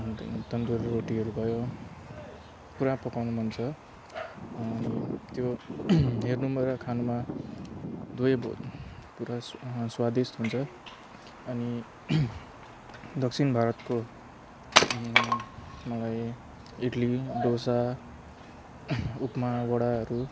अनि त तन्दुरी रोटीहरू भयो पुरा पकाउनु मन छ अनि त्यो हेर्नु र खानुमा दुवै पु पुरा स्वादिष्ट हुन्छ अनि दक्षिण भारतको मलाई इडली डोसा उपमा बडाहरू